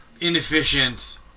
inefficient